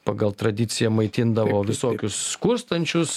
pagal tradiciją maitindavo visokius skurstančius